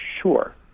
Sure